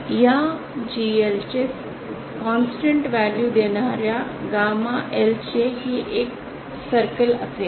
या जीएलचे सतत मूल्य देणाऱ्या गॅमा एलचे ही एक वर्तुळ असेल